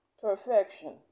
perfection